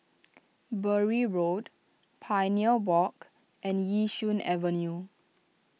Bury Road Pioneer Walk and Yishun Avenue